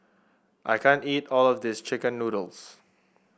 I can't eat all of this chicken noodles